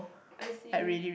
I see